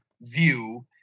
view